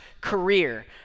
career